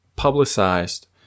publicized